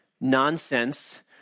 nonsense